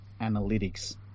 analytics